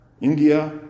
India